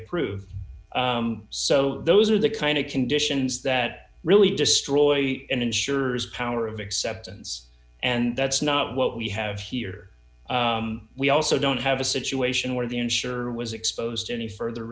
approved so those are the kind of conditions that really destroy insurers power of acceptance and that's not what we have here we also don't have a situation where the insurer was exposed to any further